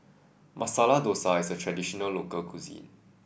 Masala Dosa is a traditional local cuisine